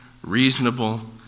reasonable